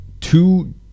two